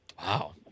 Wow